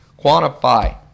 Quantify